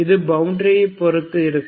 இது பவுண்டரியைப் பொறுத்து இருக்கும்